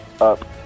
up